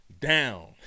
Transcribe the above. down